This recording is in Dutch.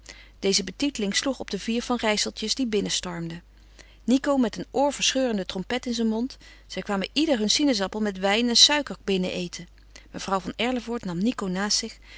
deze betiteling sloeg op de vier van rijsseltjes die binnenstormden nico met een oorverscheurende trompet in zijn mond zij kwamen ieder hun sinas appel met wijn en suiker binnen eten mevrouw van erlevoort nam nico naast zich